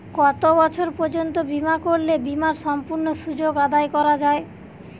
কত বছর পর্যন্ত বিমা করলে বিমার সম্পূর্ণ সুযোগ আদায় করা য়ায়?